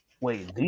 Wait